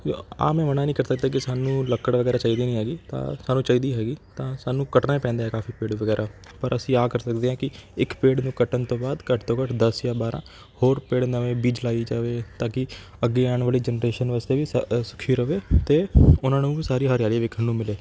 ਆਹ ਮੈਂ ਮਨ੍ਹਾ ਨਹੀਂ ਕਰ ਸਕਦਾ ਕਿ ਸਾਨੂੰ ਲੱਕੜ ਵਗੈਰਾ ਚਾਹੀਦੀ ਨਹੀਂ ਹੈਗੀ ਤਾਂ ਸਾਨੂੰ ਚਾਹੀਦੀ ਹੈਗੀ ਤਾਂ ਸਾਨੂੰ ਕੱਟਣਾ ਪੈਂਦਾ ਹੈ ਕਾਫ਼ੀ ਪੇੜ ਵਗੈਰਾ ਪਰ ਅਸੀਂ ਆਹ ਕਰ ਸਕਦੇ ਹਾਂ ਕਿ ਇੱਕ ਪੇੜ ਨੂੰ ਕੱਟਣ ਤੋਂ ਬਾਅਦ ਘੱਟ ਤੋਂ ਘੱਟ ਦਸ ਜਾਂ ਬਾਰ੍ਹਾਂ ਹੋਰ ਪੇੜ ਨਵੇਂ ਬੀਜ ਲਾਈ ਜਾਵੇ ਤਾਂ ਕਿ ਅੱਗੇ ਆਉਣ ਵਾਲੀ ਜੇਨੇਰੇਸ਼ਨ ਵਾਸਤੇ ਵੀ ਸ ਸੁਖੀ ਰਹੇ ਅਤੇ ਉਨ੍ਹਾਂ ਨੂੰ ਵੀ ਸਾਰੀ ਹਰਿਆਲੀ ਵੇਖਣ ਨੂੰ ਮਿਲੇ